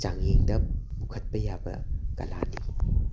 ꯆꯥꯡꯌꯦꯡꯗ ꯄꯨꯈꯠꯄ ꯌꯥꯕ ꯀꯂꯥꯅꯤ